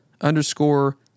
underscore